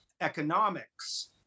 Economics